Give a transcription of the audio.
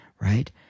right